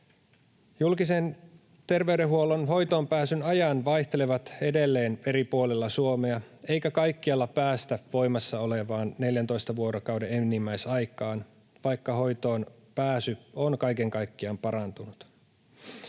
Julkisen terveydenhuollon hoitoonpääsyn ajat vaihtelevat edelleen eri puolilla Suomea, eikä kaikkialla päästä voimassa olevaan 14 vuorokauden enimmäisaikaan, vaikka hoitoonpääsy on kaiken kaikkiaan parantunut.